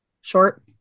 Short